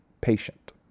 patient